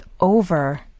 over